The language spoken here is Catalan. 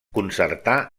concertar